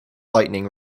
lightning